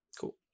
Cool